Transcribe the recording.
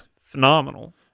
Phenomenal